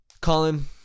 Colin